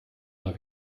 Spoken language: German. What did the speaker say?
mal